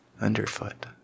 underfoot